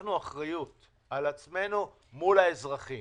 לקחנו אחריות על עצמנו מול האזרחים